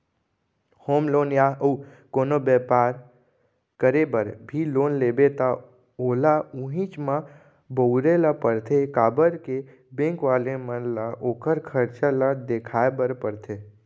home loan या अउ कोनो बेपार करे बर भी लोन लेबे त ओला उहींच म बउरे ल परथे काबर के बेंक वाले मन ल ओखर खरचा ल देखाय बर परथे